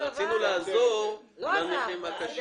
אבל רצינו לעזור לנכים הקשים.